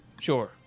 Sure